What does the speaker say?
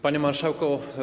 Panie Marszałku!